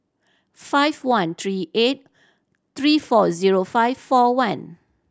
five one three eight three four zero five four one